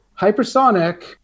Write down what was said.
Hypersonic